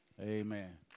Amen